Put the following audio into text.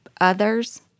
others